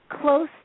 close